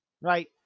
right